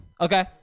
Okay